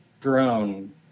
drone